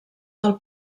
del